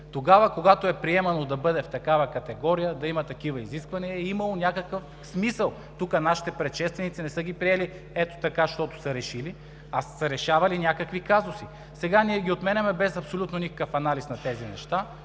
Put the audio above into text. Тогава, когато е приемано да бъде в такава категория, да има такива изисквания, е имало някакъв смисъл. Тук нашите предшественици не са ги приели ето така, защото са решили, а са се решавали някакви казуси. Сега ние ги отменяме без абсолютно никакъв анализ на тези неща.